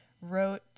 wrote